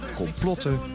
complotten